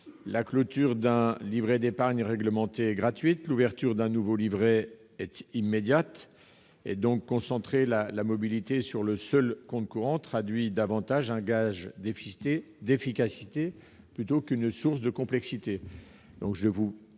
La clôture d'un livret d'épargne réglementée est gratuite, et l'ouverture d'un nouveau livret, immédiate. La concentration de la mobilité sur le seul compte courant représente plus un gage d'efficacité qu'une source de complexité.